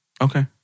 Okay